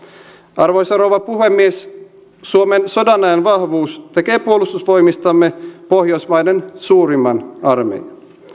arvoisa rouva puhemies suomen sodanajan vahvuus tekee puolustusvoimistamme pohjoismaiden suurimman armeijan